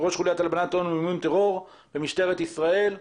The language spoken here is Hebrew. ראש חוליית הלבנת הון ומימון טרור במשטרת ישראל.